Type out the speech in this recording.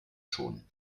schon